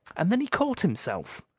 and then he caught himself.